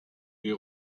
est